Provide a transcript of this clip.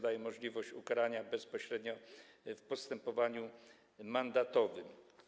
Daje to możliwość ukarania bezpośrednio w postępowaniu mandatowym.